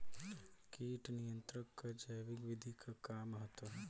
कीट नियंत्रण क जैविक विधि क का महत्व ह?